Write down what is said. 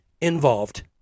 involved